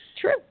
True